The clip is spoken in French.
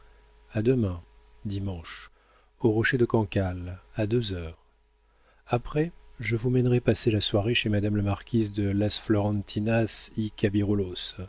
a demain dimanche au rocher de cancale à deux heures après je vous mènerai passer la soirée chez madame la marquise de las florentinas